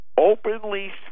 openly